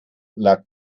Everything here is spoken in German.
lag